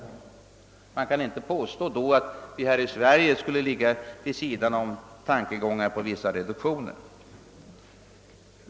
Man kan då inte påstå att vi här i Sverige skulle vara främmande för tanken att göra vissa reduktioner.